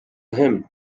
him